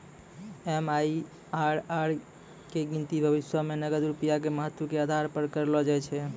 MIRR के गिनती भविष्यो मे नगद रूपया के महत्व के आधार पे करलो जाय छै